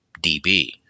DB